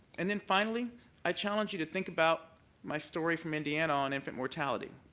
and then finally i challenge you to think about my story from indiana on infant mortality.